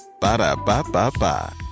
Ba-da-ba-ba-ba